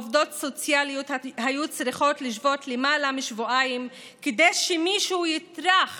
עובדות סוציאליות היו צריכות לשבות למעלה משבועיים כדי שמישהו יטרח